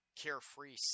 carefree